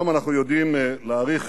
היום אנחנו יודעים להעריך